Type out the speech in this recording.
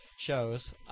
shows